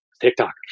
TikTok